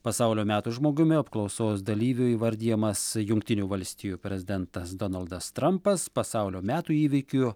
pasaulio metų žmogumi apklausos dalyvių įvardijamas jungtinių valstijų prezidentas donaldas trampas pasaulio metų įvykiu